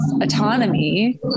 autonomy